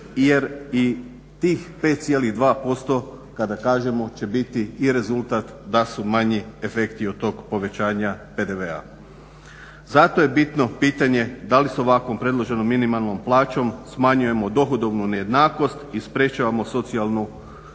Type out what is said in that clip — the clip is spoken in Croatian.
jer i tih 5,2% kada kažemo će biti i rezultat da su manji efekti od tog povećanja PDV-a. Zato je bitno pitanje da li s ovako predloženom minimalnom plaćom smanjujemo dohodovnu nejednakost i sprječavamo socijalnu